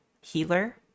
healer